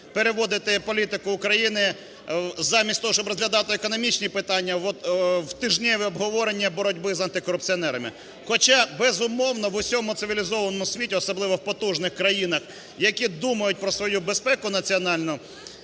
переводити політику України замість того, щоб розглядати економічні питання, в тижневі обговорення боротьби з антикорупціонерами. Хоча, безумовно, в усьому цивілізованому світі, особливо в потужних країнах, які думають про свою безпеку національну,